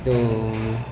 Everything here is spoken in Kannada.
ಇದು